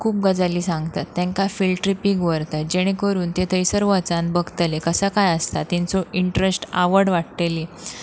खूब गजाली सांगतात तांकां फिल्ड ट्रिपीक व्हरता जेणे करून तें थंयसर वचन बगतले कसो काय आसता तेंचो इंट्रस्ट आवड वाडटली